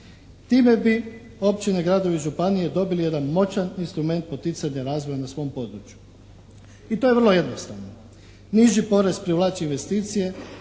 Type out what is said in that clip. Time bi općine, gradovi i županije dobili jedan moćan instrument poticanja razvoja na svom području. I to je vrlo jednostavno. Niži porez privlači investicije,